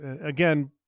again